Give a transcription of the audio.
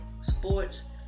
sports